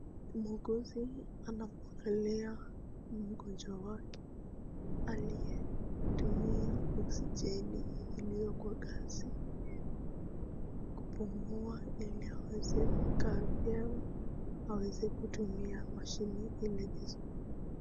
Muuguzi anamwangalia mgonjwa wake aliyetumia oksijeni iliyo kwa gasi kupumua ili aweze kukaa vyema, aweze kutumia mashini ile vizuri.